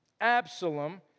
Absalom